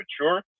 mature